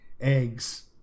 eggs